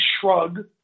shrug